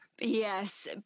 Yes